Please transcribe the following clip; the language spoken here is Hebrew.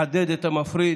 לחדד את המפריד,